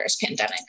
pandemic